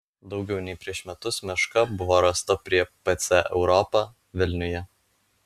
daugiau nei prieš metus meška buvo rasta prie pc europa vilniuje